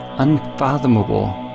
unfathomable,